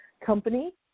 company